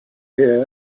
here